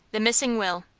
the missing will.